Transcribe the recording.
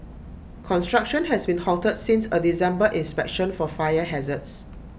construction has been halted since A December inspection for fire hazards